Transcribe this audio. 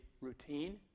routine